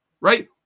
right